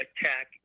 attack